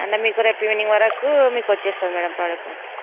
అంటే మీకు రేపు ఈవినింగ్ వరకు మీకు వచ్చేస్తుంది మేడం ప్రోడక్ట్ మొత్తం